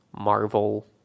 Marvel